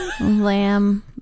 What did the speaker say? Lamb